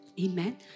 Amen